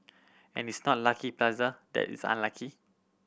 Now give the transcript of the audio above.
and it's not Lucky Plaza that is unlucky